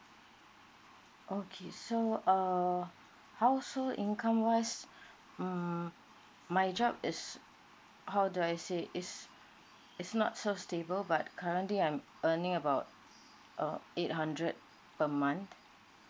okay so err household income wise mm my job is how do I say it's it's not so stable but currently I'm earning about uh eight hundred per month